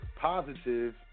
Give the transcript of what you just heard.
Positive